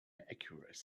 accuracy